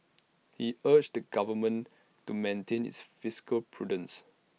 he urged the government to maintain its fiscal prudence